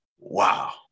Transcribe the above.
wow